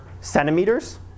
centimeters